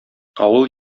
авыл